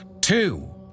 Two